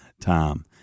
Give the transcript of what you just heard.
time